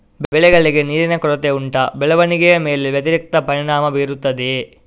ಬೆಳೆಗಳಿಗೆ ನೀರಿನ ಕೊರತೆ ಉಂಟಾ ಬೆಳವಣಿಗೆಯ ಮೇಲೆ ವ್ಯತಿರಿಕ್ತ ಪರಿಣಾಮಬೀರುತ್ತದೆಯೇ?